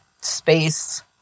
space